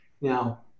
Now